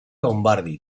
lombardi